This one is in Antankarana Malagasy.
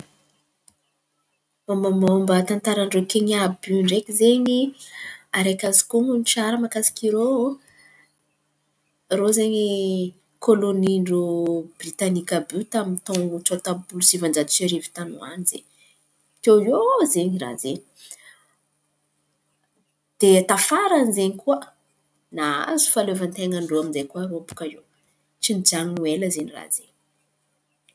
Mombamomba tantaran-drô Kenià àby iô ndraiky zen̈y, araiky azoko honon̈o tsara raha mahakasika irô. Irô zen̈y kôlônian-drô Britanika àby iô tamin'ny taon̈o tsôtam-polo sivan-jato sy arivo tan̈y ho an̈y izen̈y, tiô iô zen̈y raha zen̈y. De tafaran'izen̈y koa rahazo fahaleovanten̈an-drô aminjay koa irô bôka iô. Tsy nijanon̈o ela zen̈y raha zen̈y.